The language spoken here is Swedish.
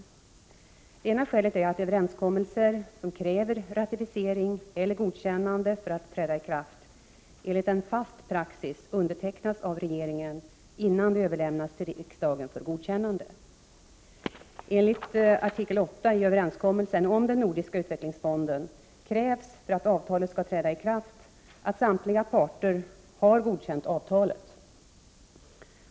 Det ena skälet är att överenskommelser som kräver ratificering eller godkännande för att träda i kraft enligt en 55 fast praxis undertecknas av regeringen innan de överlämnas till riksdagen för godkännande. Enligt artikel 8 i överenskommelsen om den Nordiska utvecklingfonden krävs, för att avtalet skall träda i kraft, att samtliga parter har godkänt avtalet.